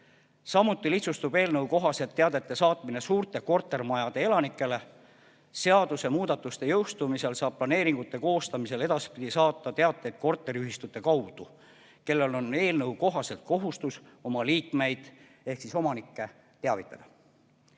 Samuti lihtsustub eelnõu kohaselt teadete saatmine suurte kortermajade elanikele. Seadusemuudatuste jõustumisel saab planeeringute koostamisel edaspidi saata teateid korteriühistute kaudu, kellel on eelnõu kohaselt kohustus oma liikmeid ehk omanikke teavitada.